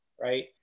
Right